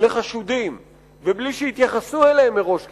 לחשודים ובלי שיתייחסו אליהם מראש כחשודים.